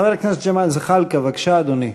חבר הכנסת ג'מאל זחאלקה, בבקשה, אדוני,